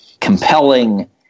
compelling